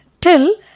till